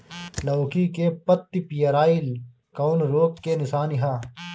लौकी के पत्ति पियराईल कौन रोग के निशानि ह?